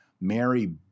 Mary